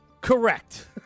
Correct